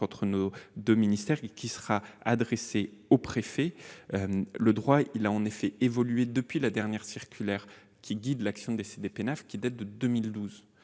entre nos deux ministères et adressée aux préfets. Le droit a en effet évolué depuis la dernière circulaire guidant l'action de la CDPENAF, qui date de 2012.